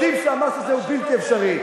יודעים שהמס הזה הוא בלתי אפשרי.